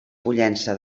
pollença